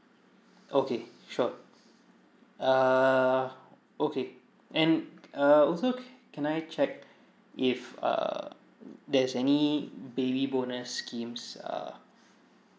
okay sure ah okay and uh also can I check if err there's any baby bonus schemes err